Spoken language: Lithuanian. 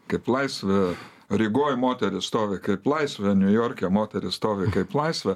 kaip laisvė rygoj moteris stovi kaip laisvė niujorke moteris stovi kaip laisvė